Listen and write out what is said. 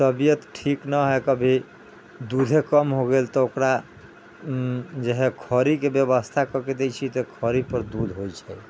तबियत ठीक नहि है कभी दूधे कम हो गेल तऽ ओकरा जे है खरीके व्यवस्था कऽ के दै छियै तऽ खरीपर दूध होइ छै